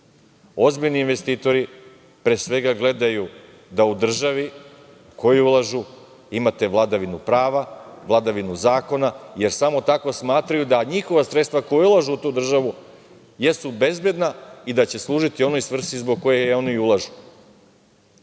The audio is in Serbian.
Ozbiljni investitori, pre svega, gledaju da u državi u koju ulažu imate vladavinu prava, vladavinu zakona, jer samo tako smatraju da njihova sredstva koja ulažu u tu državu jesu bezbedna i da će služiti onoj svrsi zbog koje je oni i ulažu.